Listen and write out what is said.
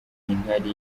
inkari